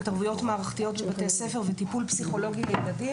התערבויות מערכתיות של בתי ספר וטיפול פסיכולוגי ילדים.